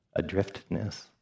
adriftness